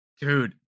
Dude